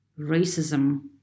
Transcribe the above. racism